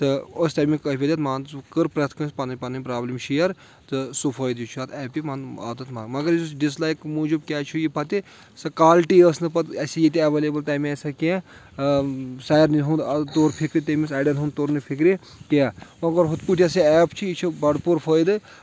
تہٕ ٲس تَمیُک کٲفی مان ژٕ کٔر پرؠتھ کٲنٛسہِ پَنٕنۍ پَنٕنۍ پرابلم شِیر تہٕ سُہ فٲیدٕ چھُ اَتھ ایپہِ عادت مان مگر یُس ڈِس لایک موٗجوٗب کیاہ چھُ یہِ پَتہٕ سۄ کالٹی ٲس نہٕ پَتہٕ اَسہِ ییٚتہِ ایویلیبٕل تَمہِ آیہِ سۄ کینٛہہ سارنہِ ہُنٛد تور فِکرِ تٔمِس اَڑؠن ہُنٛد توٚر نہٕ فِکرِ کینٛہہ مگر ہُتھ پٲٹھۍ یۄس یہِ ایپ چھِ یہِ چھِ بَر پوٗرٕ فٲیدٕ